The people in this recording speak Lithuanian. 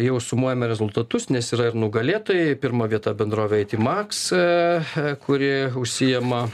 jau sumuojame rezultatus nes yra ir nugalėtojai pirma vieta bendrovė ei ti maks e kuri užsiima